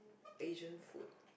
Asian food